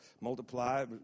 multiply